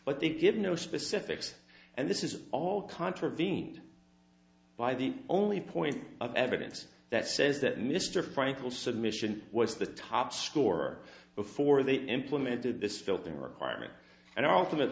what they give no specifics and this is all contravened by the only point of evidence that says that mr frankel submission was the top score before they implemented this filtering requirement and also that